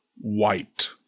white